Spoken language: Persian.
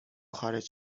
خارج